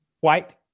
white